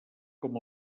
com